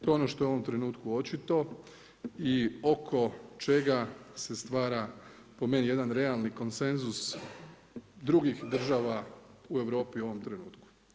To je ono što je u ovom trenutku očito i oko čega se stvara po meni jedan realni konsenzus drugih država u Europi u ovom trenutku.